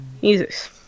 Jesus